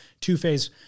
Two-phase